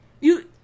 You-